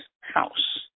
house